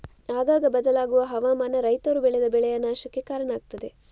ಆಗಾಗ ಬದಲಾಗುವ ಹವಾಮಾನ ರೈತರು ಬೆಳೆದ ಬೆಳೆಯ ನಾಶಕ್ಕೆ ಕಾರಣ ಆಗ್ತದೆ